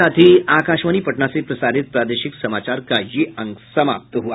इसके साथ ही आकाशवाणी पटना से प्रसारित प्रादेशिक समाचार का ये अंक समाप्त हुआ